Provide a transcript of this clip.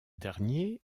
dernier